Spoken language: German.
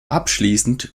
abschließend